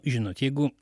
žinot jeigu